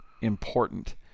important